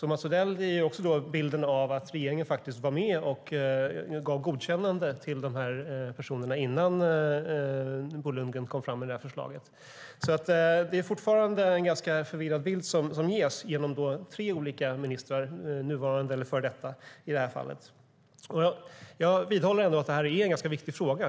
Mats Odell ger också bilden av att regeringen faktiskt var med och gav godkännande till dessa personer innan Bo Lundgren kom fram med detta förslag. Det är alltså fortfarande en ganska förvirrad bild som ges av tre olika ministrar, nuvarande eller före detta, i detta fall. Jag vidhåller ändå att detta är en ganska viktig fråga.